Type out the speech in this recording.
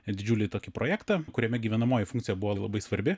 didžiulį tokį projektą kuriame gyvenamoji funkcija buvo labai svarbi